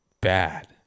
bad